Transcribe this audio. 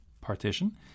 partition